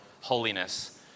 holiness